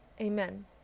Amen